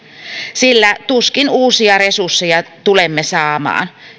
sillä tuskin uusia resursseja tulemme saamaan